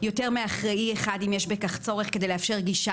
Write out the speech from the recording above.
יותר מאחראי אחד אם יש בכך צורך כדי לאפשר גישה